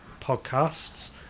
podcasts